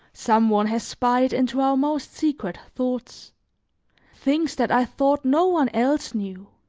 some one has spied into our most secret thoughts things that i thought no one else knew,